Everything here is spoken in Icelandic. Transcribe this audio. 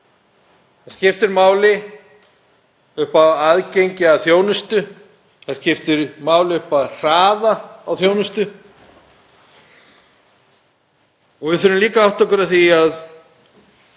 Það skiptir máli upp á aðgengi að þjónustu, það skiptir máli upp á hraða á þjónustu. Við þurfum líka að átta okkur á því að